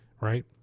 right